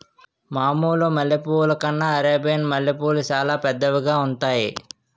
మామూలు మల్లె పువ్వుల కన్నా అరేబియన్ మల్లెపూలు సాలా పెద్దవిగా ఉంతాయి